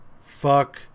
fuck